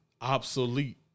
Obsolete